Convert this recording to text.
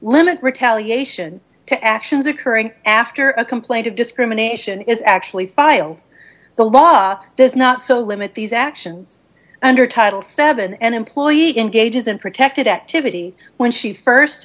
limit retaliation to actions occurring after a complaint of discrimination is actually filed the law does not so limit these actions under title seven an employee engages in protected at to vittie when she